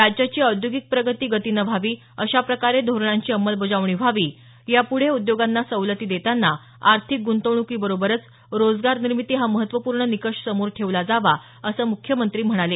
राज्याची औद्योगिक प्रगती गतीनं व्हावी अशा प्रकारे धोरणांची अंमलबजावणी व्हावी याप्ढे उद्योगांना सवलती देताना आर्थिक गृंतवणूकीबरोबरच रोजगारनिर्मिती हा महत्त्वपूर्ण निकष समोर ठेवला जावा असं मुख्यमंत्री म्हणाले